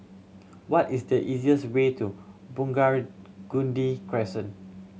what is the easiest way to Crescent